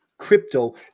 crypto